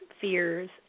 fears